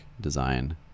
design